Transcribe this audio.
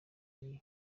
ari